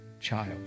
child